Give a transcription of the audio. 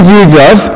Jesus